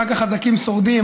רק החזקים שורדים,